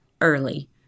early